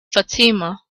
fatima